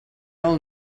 all